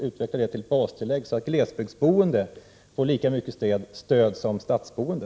Utveckla det till ett bastillägg, så att glesbygdsboende får lika mycket stöd som stadsboende.